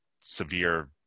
severe